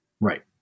Right